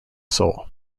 soul